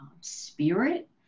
spirit